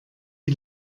die